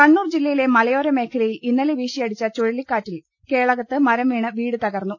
കണ്ണൂർ ജില്ലയിലെ മലയോര മേഖലയിൽ ഇന്നലെ വീശിയ ടിച്ച ചുഴലിക്കാറ്റിൽ കേളകത്ത് മരംവീണ് വീട് തകർന്നു